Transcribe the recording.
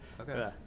Okay